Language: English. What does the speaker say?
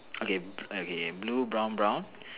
okay okay blue brown brown